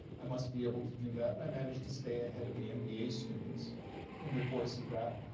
i must be able to do that. and i managed to stay ahead of the mba students in the course of that.